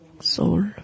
soul